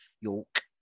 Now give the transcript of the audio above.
York